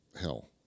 hell